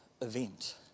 event